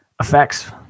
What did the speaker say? effects